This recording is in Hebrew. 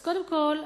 אז קודם כול,